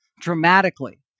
dramatically